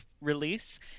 release